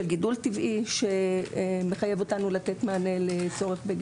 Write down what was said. גידול טבעי שמחייב אותנו לתת מענה לגידול מספר המורים.